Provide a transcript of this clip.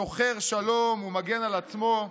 שוחר שלום ומגן על עצמו,